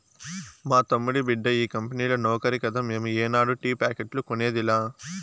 మా తమ్ముడి బిడ్డ ఈ కంపెనీల నౌకరి కదా మేము ఏనాడు టీ ప్యాకెట్లు కొనేదిలా